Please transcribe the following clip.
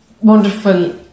wonderful